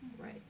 right